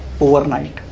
overnight